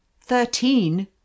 Thirteen